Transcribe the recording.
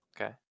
Okay